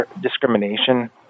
discrimination